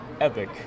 Epic